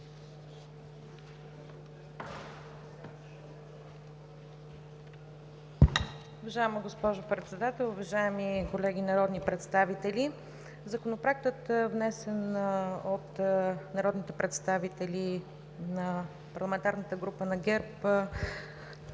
Уважаема госпожо Председател, уважаеми колеги народни представители! Законопроектът, внесен от народните представители от парламентарната група на ГЕРБ,